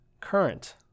Current